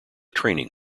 training